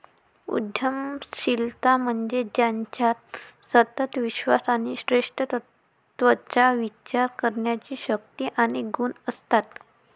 उद्यमशीलता म्हणजे ज्याच्यात सतत विश्वास आणि श्रेष्ठत्वाचा विचार करण्याची शक्ती आणि गुण असतात